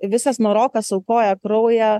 visas marokas aukoja kraują